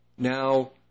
Now